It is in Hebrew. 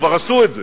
כבר עשו את זה.